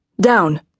Down